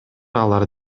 алар